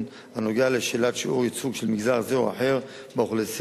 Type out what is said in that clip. הנוגע לשאלת שיעור ייצוג של מגזר זה או אחר באוכלוסייה,